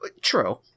True